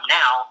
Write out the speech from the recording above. now